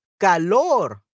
calor